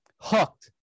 hooked